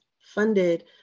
funded